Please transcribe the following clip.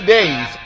Days